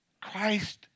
Christ